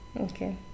Okay